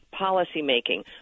policymaking